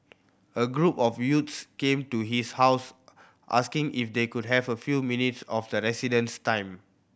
a group of youths came to his house asking if they could have a few minutes of the resident's time